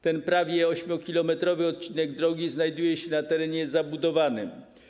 Ten prawie 8-kilometrowy odcinek drogi znajduje się na terenie zabudowanym.